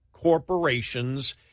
corporations